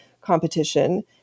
competition